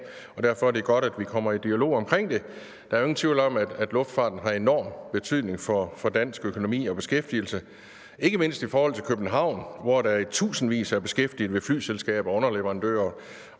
derfor er det godt, at vi kommer i dialog omkring det. Der er jo ingen tvivl om, at luftfarten har enorm betydning for dansk økonomi og beskæftigelse, ikke mindst i forhold til København, hvor der jo er i tusindvis af beskæftigede ved flyselskaber og underleverandører